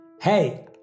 Hey